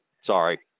Sorry